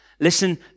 Listen